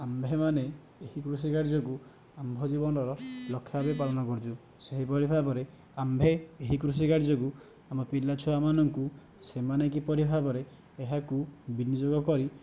ଆମ୍ଭେ ମାନେ ଏହି କୃଷି କାର୍ଯ୍ୟକୁ ଆମ୍ଭ ଜୀବନର ଲକ୍ଷ୍ୟ ଭାବେ ପାଳନ କରୁଛୁ ସେହିଭଳି ଭାବରେ ଆମ୍ଭେ ଏହି କୃଷି କାର୍ଯ୍ୟକୁ ଆମ ପିଲାଛୁଆ ମାନଙ୍କୁ ସେମାନେ କିପରି ଭାବରେ ଏହାକୁ ବିନିଯୋଗ କରି